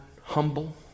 humble